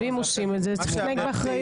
ואם עושים את זה אז צריך להתנהג באחריות.